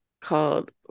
called